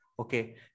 Okay